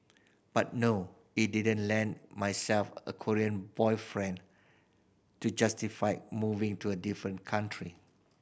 but no it didn't land myself a Korean boyfriend to justify moving to a different country